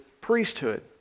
priesthood